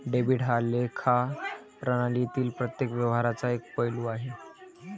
debit हा लेखा प्रणालीतील प्रत्येक व्यवहाराचा एक पैलू आहे